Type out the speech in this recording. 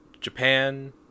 japan